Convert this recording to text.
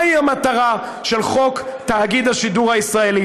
מהי המטרה של חוק תאגיד השידור הישראלי?